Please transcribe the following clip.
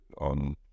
on